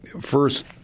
first